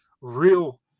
real